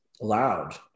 loud